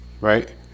right